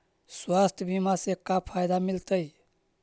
स्वास्थ्य बीमा से का फायदा मिलतै?